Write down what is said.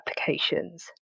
applications